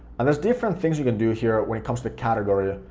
and there's different things you can do here when it comes to category.